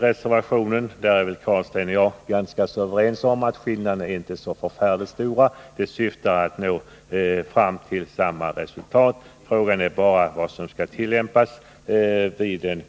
Rune Carlstein och jag är överens om att skillnaderna inte är särskilt stora mellan propositionen och reservationen.